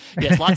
Yes